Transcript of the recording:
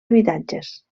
habitatges